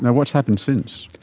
what has happened since?